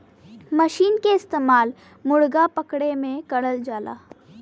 मसीन के इस्तेमाल मुरगा पकड़े में करल जाला